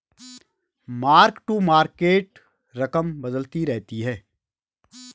mark to market रकम बदलती रहती है